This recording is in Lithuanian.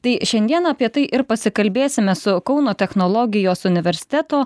tai šiandien apie tai ir pasikalbėsime su kauno technologijos universiteto